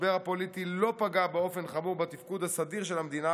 המשבר הפוליטי לא פגע באופן חמור בתפקוד הסדיר של המדינה